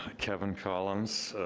kevin collins.